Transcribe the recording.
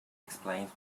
explains